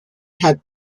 had